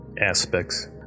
aspects